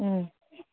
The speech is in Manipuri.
ꯎꯝ